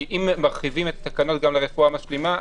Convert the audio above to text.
אם מרחיבים את התקנות גם לרפואה משלימה,